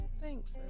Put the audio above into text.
Thanks